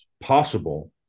possible